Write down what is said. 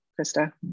Krista